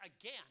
again